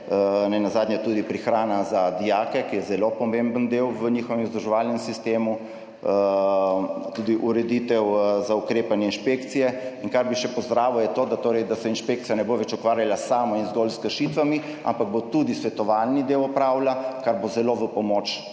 nenazadnje tudi prehrana za dijake, ki je zelo pomemben del v njihovem izobraževalnem sistemu, tudi ureditev za ukrepanje inšpekcije. Kar bi še pozdravil, je to, da se inšpekcija ne bo več ukvarjala samo in zgolj s kršitvami, ampak bo tudi svetovalni del opravila, kar bo zelo v pomoč